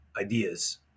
ideas